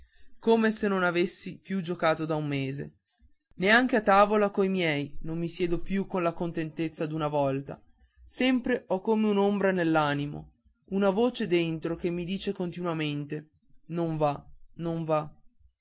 come se non avessi più giocato da un mese neanche a tavola coi miei non mi siedo più con la contentezza d'una volta sempre ho come un'ombra nell'animo una voce dentro che mi dice continuamente non va non va